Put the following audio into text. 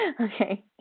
okay